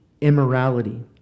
Immorality